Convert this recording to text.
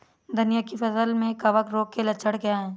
धनिया की फसल में कवक रोग के लक्षण क्या है?